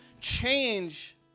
change